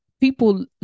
people